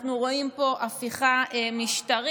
אנחנו רואים פה הפיכה משטרית.